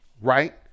right